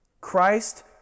Christ